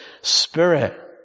spirit